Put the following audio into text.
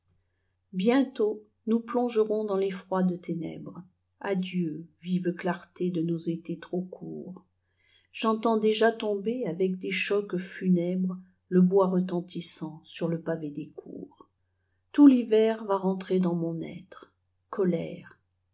bientôt nous plongerons dans les froides ténèbres adieu vive clarté de nos étés trop courts j'entends déjà tomber avec des chocs funèbresle bois retentissant sur le pavé des cours tout l'hiver va rentrer dans mon être colère